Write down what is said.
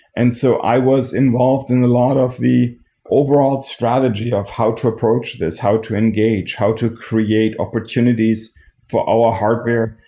and so i was involved in a lot of the overall strategy of how to approach this. how to engage? how to create opportunities for our hardware?